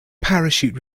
parachute